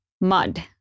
mud